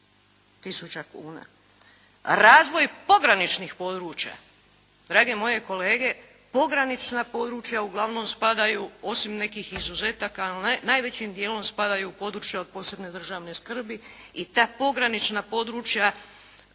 tisuća kuna. Razvoj pograničnih područja drage moje kolege, pogranična područja uglavnom spadaju osim nekih izuzetaka ali najvećim dijelom spadaju u područja od posebne državne skrbi i ta pogranična područja